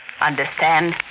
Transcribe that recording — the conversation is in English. Understand